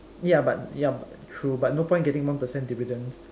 ya but ya but true no point getting one percent dividends